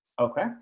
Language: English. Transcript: Okay